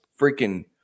freaking